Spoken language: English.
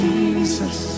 Jesus